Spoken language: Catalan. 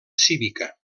cívica